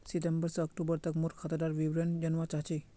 सितंबर से अक्टूबर तक मोर खाता डार विवरण जानवा चाहची?